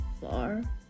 far